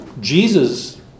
Jesus